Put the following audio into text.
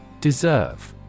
Deserve